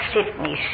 Sydney